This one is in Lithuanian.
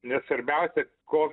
nes svarbiausia ko